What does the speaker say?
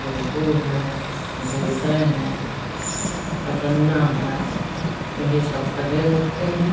रोहू है भुरकय हैं कट्टन्ना है यही सब कहे जाते हैं